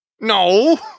no